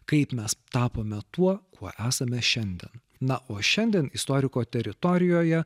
kaip mes tapome tuo kuo esame šiandien na o šiandien istoriko teritorijoje